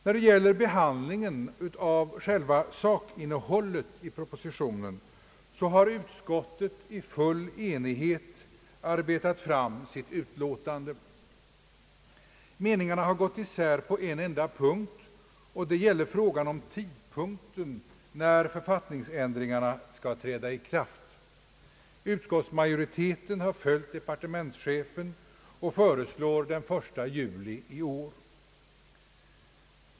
När det gäller behandlingen av själva sakinnehållet i propositionen har utskottet i full enighet arbetat fram sitt utlåtande. Meningarna har gått isär på en enda punkt, och det gäller tidpunkten för författningsändringarnas ikraftträdande. Utskottsmajoriteten har följt departementschefen och föreslår den 1 juli i år.